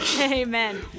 Amen